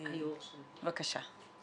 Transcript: בבקשה.